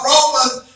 Romans